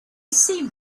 seemed